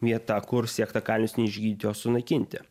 vieta kur siekta kalinius neišgydyti o sunaikinti